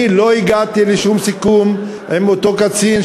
אני לא הגעתי לשום סיכום עם אותו קצין,